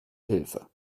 hilfe